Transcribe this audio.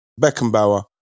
Beckenbauer